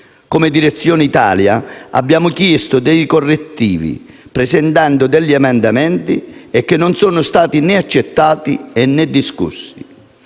Come Direzione Italia abbiamo chiesto dei correttivi, presentando degli emendamenti, che non sono stati né accettati, né discussi.